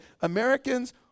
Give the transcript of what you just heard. Americans